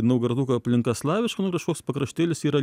naugarduko aplinka slaviška nu ir kažkoks pakraštėlis yra